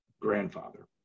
grandfather